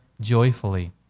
joyfully